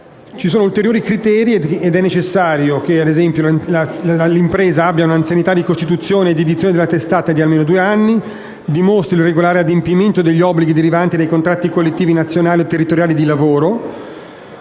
Ci sono poi ulteriori criteri: è necessario, ad esempio, che l'impresa abbia un'anzianità di costituzione e di edizione della testata di almeno due anni, dimostri il regolare adempimento degli obblighi derivanti dai contratti collettivi nazionali o territoriali di lavoro,